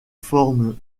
formes